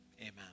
amen